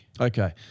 Okay